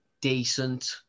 decent